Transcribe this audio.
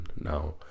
now